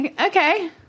Okay